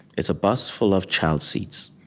it's a bus full of child seats,